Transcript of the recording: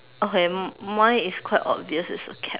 okay mine is quite obvious it's a cap